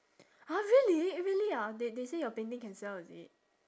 !huh! really really ah they they say your painting can sell is it